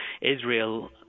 Israel